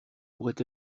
pourrait